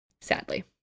Sadly